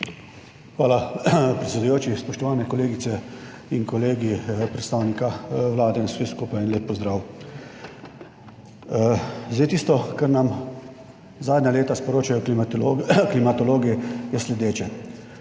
Hvala, predsedujoči. Spoštovane kolegice in kolegi, predstavnika Vlade, vsem skupaj lep pozdrav! Tisto, kar nam zadnja leta sporočajo klimatologi, je sledeče.